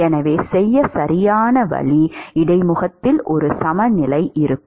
எனவே செய்ய சரியான வழி இடைமுகத்தில் ஒரு சமநிலை இருக்கும்